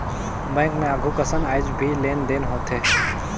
bank मे आघु कसन आयज भी लेन देन होथे